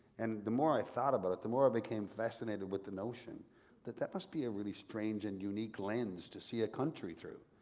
and the more i thought about it, the more i became fascinated with the notion that that must be a really strange and unique lens to see a country through.